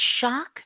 shock